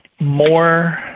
more